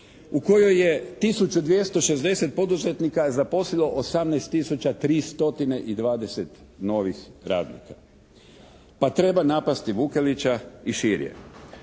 u kojoj je 1260 poduzetnika zaposlilo 18 tisuća 320 novih pravnika, pa treba napasti Vukelića i širje.